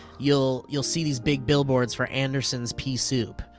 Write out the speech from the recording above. you'll you'll see these big billboards for anderson's pea soup.